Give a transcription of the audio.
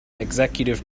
executive